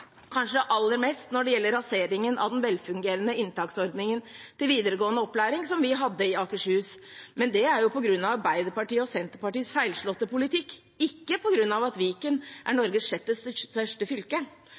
kanskje aller mest når det gjelder raseringen av den velfungerende inntaksordningen til videregående opplæring som vi hadde i Akershus. Men det er jo på grunn av Arbeiderpartiet og Senterpartiets feilslåtte politikk, ikke på grunn av at Viken er Norges sjette største fylke.